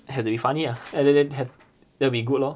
have to be funny eh that that have that will be good lor